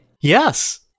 Yes